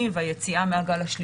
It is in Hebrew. זה יצא גם בהודעות של הוועדה.